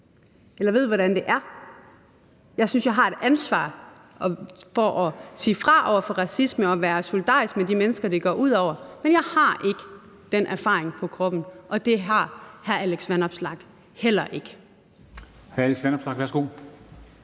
eller ved, hvordan det er. Jeg synes, at jeg har et ansvar for at sige fra over for racisme og at være solidarisk med de mennesker, det går ud over. Men jeg har ikke den erfaring på kroppen, og det har hr. Alex Vanopslagh heller ikke.